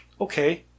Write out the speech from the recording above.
okay